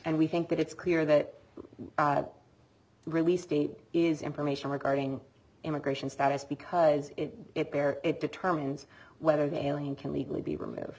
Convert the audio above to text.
and we think that it's clear that the release date is information regarding immigration status because it bare it determines whether the alien can legally be removed